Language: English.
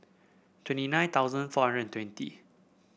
twenty nine thousand four hundred and twenty